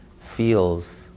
feels